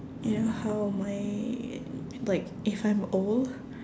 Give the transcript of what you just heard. ya how my like if I'm old